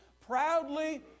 proudly